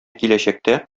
киләчәктә